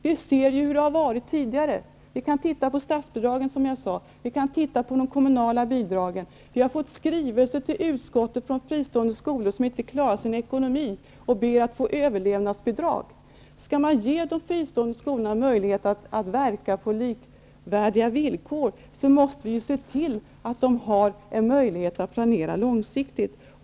Vi vet ju hur det har varit tidigare. Vi kan titta på statsbidragen och de kommunala bidragen. Vi har fått skrivelser till utskottet från fristående skolor som inte klarar sin ekonomi och ber att få överlevnadsbidrag. Skall vi ge de fristående skolorna möjlighet att verka på likvärdiga villkor måste vi se till att de har möjligheter att planera långsiktigt.